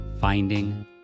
finding